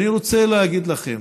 אני רוצה להגיד לכם